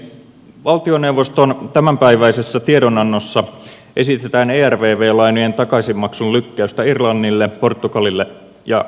valtioneuvoston tämänpäiväisessä tiedonannossa esitetään ervv lainojen takaisinmaksun lykkäystä irlannille portugalille ja kreikalle